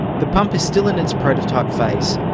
the pump is still in its prototype phase,